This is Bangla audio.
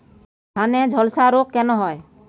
ধানে ঝলসা রোগ কেন হয়?